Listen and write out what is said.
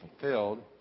fulfilled